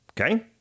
Okay